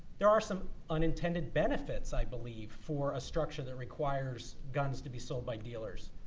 there are some unintended benefits, i believe, for a structure that requires guns to be sold by dealers.